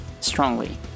strongly